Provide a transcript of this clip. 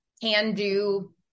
can-do